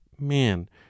man